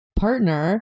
partner